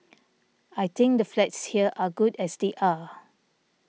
I think the flats here are good as they are